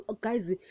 guys